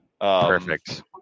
Perfect